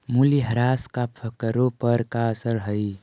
मूल्यह्रास का करों पर का असर हई